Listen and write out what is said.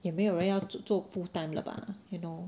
也没有人要做 full time 了 bah you know